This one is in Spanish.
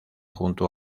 junto